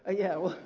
ah yeah. well,